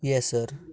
yes sir